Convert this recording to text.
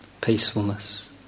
peacefulness